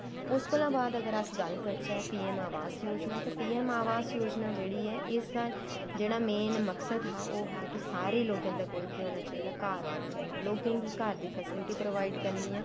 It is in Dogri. उस कोला बाद अगर अस गल्ल करचै पी ऐम आभास योजना ते पी ऐम आभास योजना जेह्ड़ी ऐ इस दा जेह्ड़ा मोन मक्सद हा ओह् हा कि सारें लोकें दे कोल केह् होना चाही दा घर होना चाही दा लोकें गी घर दी फैसलिटी प्रोवाईड करनी ऐ